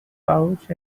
pouch